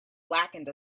blackened